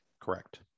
Correct